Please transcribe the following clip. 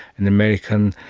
an american,